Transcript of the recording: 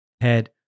head